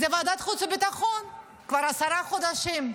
זה בוועדת החוץ והביטחון כבר עשרה חודשים.